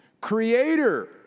creator